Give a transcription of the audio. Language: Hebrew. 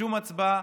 בשום הצבעה,